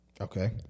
Okay